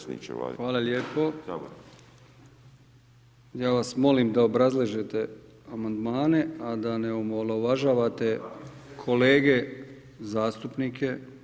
Ja vas molim da obrazlažete amandmane, a ne da ne omalovažavate kolege zastupnike.